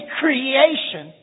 creation